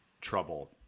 trouble